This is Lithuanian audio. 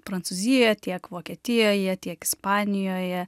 prancūzijoje tiek vokietijoje tiek ispanijoje